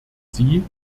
sie